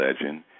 Legend